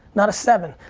not a seven,